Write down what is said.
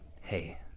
hey